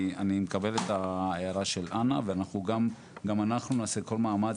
אני מקבל את ההערה של אנה וגם אנחנו נעשה כל מאמץ